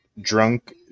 drunk